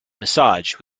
massage